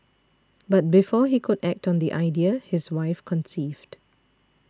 but before he could act on the idea his wife conceived